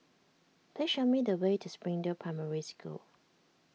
please show me the way to Springdale Primary School